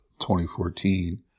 2014